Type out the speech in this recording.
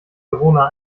verona